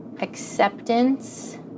acceptance